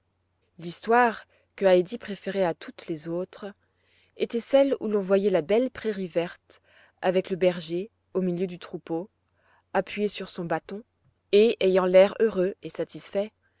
l'histoire que heidi préférait à toutes les autres était celle où l'on voyait la belle prairie verte avec le berger au milieu du troupeau appuyé sur son bâton et ayant l'air heureux et satisfait